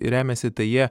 remiasi tai jie